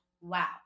Wow